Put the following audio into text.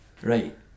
right